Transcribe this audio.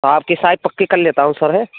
आपकी साइट पक्की कर लेता हूँ सर हैं